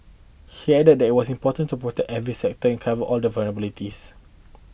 he added that it was important to protect every sector and cover all the vulnerabilities